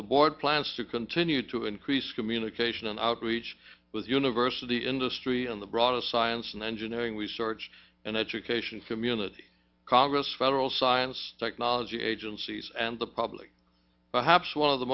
the board plans to continue to increase communication and outreach with university industry and the broader science and engineering research and education community congress federal science technology agencies and the public perhaps one of the